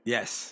Yes